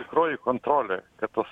tikroji kontrolė kad tos